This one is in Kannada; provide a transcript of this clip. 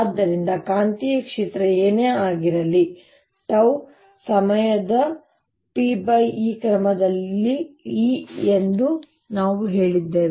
ಆದ್ದರಿಂದ ಕಾಂತೀಯ ಕ್ಷೇತ್ರವು ಏನೇ ಇರಲಿ 𝜏 ಸಮಯದ pE ಯ ಕ್ರಮದಲ್ಲಿ E ಎಂದು ನಾವು ಹೇಳಲಿದ್ದೇವೆ